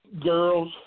Girls